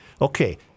Okay